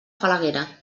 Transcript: falaguera